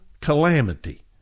calamity